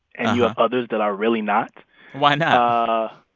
and you have others that are really not why not? ah